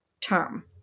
term